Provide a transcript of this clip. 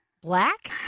Black